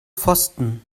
pfosten